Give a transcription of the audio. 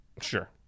Sure